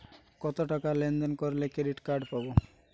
কতটাকা লেনদেন করলে ক্রেডিট কার্ড পাব?